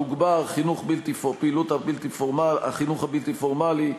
תוגברה פעילות החינוך הבלתי-פורמלי,